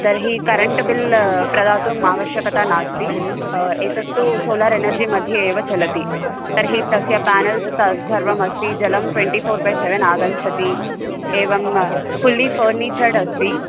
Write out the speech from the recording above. तर्हि current bill प्रदातुम् आवश्यकता नास्ति एतत्तु सोलर् एनर्जि मध्ये एव चलति तर्हि तस्य पानल्स् सर्वं सर्वमस्ति जलं ट्वेण्टि फो़र् बै सेवेन् आगच्छति एवं फु़ल्लि फ़र्निचर्ड् अस्ति